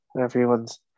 Everyone's